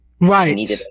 Right